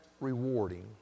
rewarding